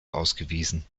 ausgewiesen